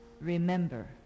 remember